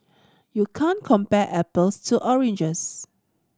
you can't compare apples to oranges